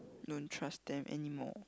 don't trust them anymore